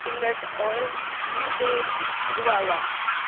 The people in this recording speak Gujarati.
peanut oil blueberry guava